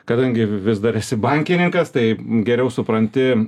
kadangi vis dar esi bankininkas tai geriau supranti